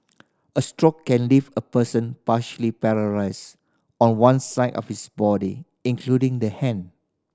a stroke can leave a person partially paralysed on one side of his body including the hand